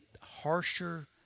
harsher